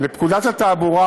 לפקודת התעבורה,